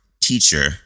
teacher